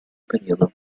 periodo